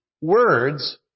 words